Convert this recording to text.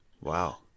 Wow